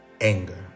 anger